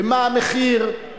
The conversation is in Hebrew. ומה המחיר,